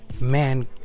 man